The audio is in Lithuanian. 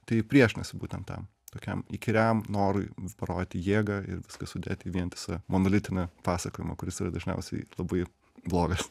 tai priešinasi būtent tam tokiam įkyriam norui parodyti jėgą ir viską sudėti į vientisą monolitinį pasakojimą kuris dažniausiai labai blogas